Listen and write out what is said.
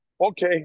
Okay